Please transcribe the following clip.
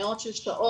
מאות של שעות,